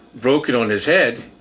broken on his head,